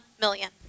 million